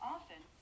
Often